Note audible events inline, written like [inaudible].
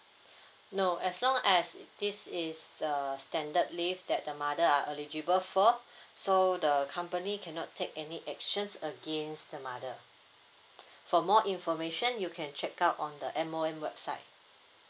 [breath] no as long as it this is err standard leave that the mother are eligible for so the company cannot take any actions against the mother [breath] for more information you can check out on the M_O_M website